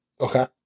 Okay